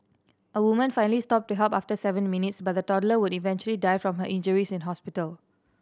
a woman finally stopped to help after seven minutes but the toddler would eventually die from her injuries in hospital